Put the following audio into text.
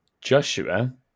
Joshua